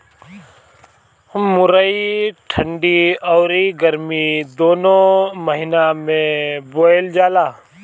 मुरई ठंडी अउरी गरमी दूनो महिना में बोअल जाला